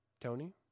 Tony